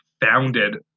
founded